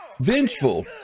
Vengeful